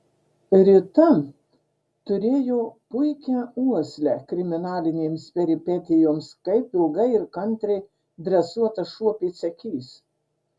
rita turėjo puikią uoslę kriminalinėms peripetijoms kaip ilgai ir kantriai dresuotas šuo pėdsekys